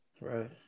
Right